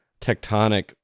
tectonic